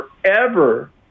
forever